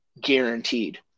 guaranteed